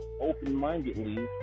open-mindedly